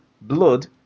blood